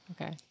okay